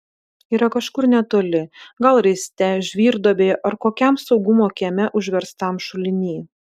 yra kažkur netoli gal raiste žvyrduobėje ar kokiam saugumo kieme užverstam šuliny